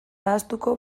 ahaztuko